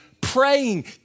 praying